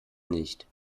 nicht